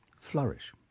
flourish